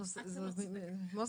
מוסי?